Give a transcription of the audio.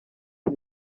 iyi